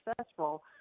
successful